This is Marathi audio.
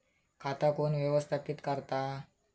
खाता कोण व्यवस्थापित करता?